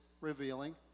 revealing